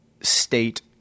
state